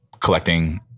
collecting